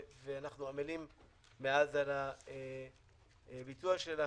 ואנחנו עמלים מאז על הביצוע שלה,